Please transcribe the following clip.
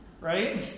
Right